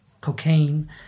cocaine